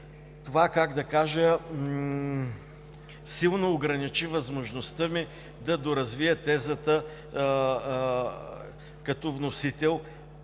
това, как да кажа, силно ограничи възможността ми да доразвия тезата, като вносител,